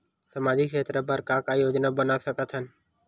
सामाजिक क्षेत्र बर का का योजना बना सकत हन?